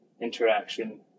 interaction